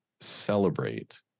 celebrate